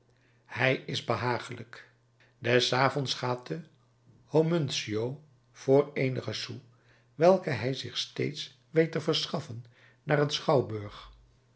hij is behagelijk des avonds gaat de homuncio voor eenige sous welke hij zich steeds weet te verschaffen naar een schouwburg